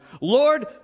Lord